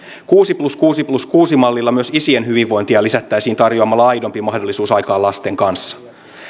kuusi plus kuusi plus kuusi mallilla myös isien hyvinvointia lisättäisiin tarjoamalla aidompi mahdollisuus aikaan lasten kanssa